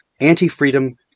anti-freedom